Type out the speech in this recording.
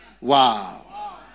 Wow